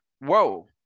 whoa